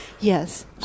Yes